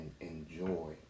enjoy